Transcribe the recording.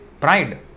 pride